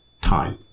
time